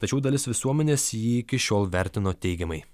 tačiau dalis visuomenės jį iki šiol vertino teigiamai